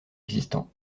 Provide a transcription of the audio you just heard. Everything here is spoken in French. existant